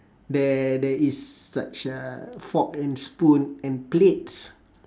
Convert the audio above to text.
there there is such a fork and spoon and plate